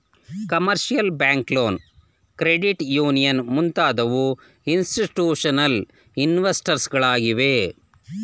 commercial bank loan, credit union ಮುಂತಾದವು institutional investors ಗಳಾಗಿವೆ